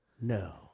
No